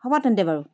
হ'ব তেন্তে বাৰু